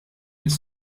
mis